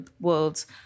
worlds